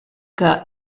que